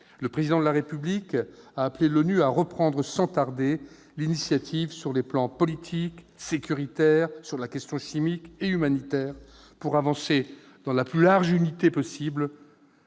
Le Président de la République a appelé l'ONU à reprendre sans tarder l'initiative sur les plans politique, sécuritaire, sur la question chimique et sur le plan humanitaire pour avancer, dans la plus large unité possible,